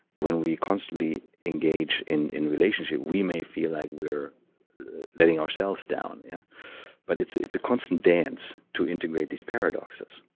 when we constantly engage in in relationship, we may feel like we're letting ourselves down yeah but it's it's a constant dance to integrate these paradoxes.